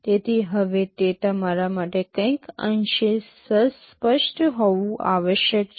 તેથી હવે તે તમારા માટે કંઈક અંશે સ્પષ્ટ હોવું આવશ્યક છે